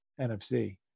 NFC